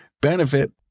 Benefit